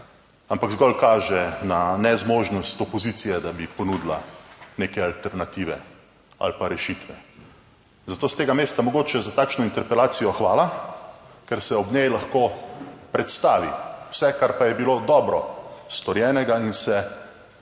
ampak zgolj kaže na nezmožnost opozicije, da bi ponudila neke alternative ali pa rešitve. Zato s tega mesta mogoče za takšno interpelacijo hvala, ker se ob njej lahko predstavi vse, kar pa je bilo dobro storjenega in se